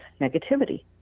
negativity